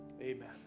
amen